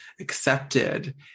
accepted